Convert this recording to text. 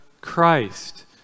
Christ